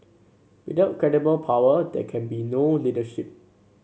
without credible power there can be no leadership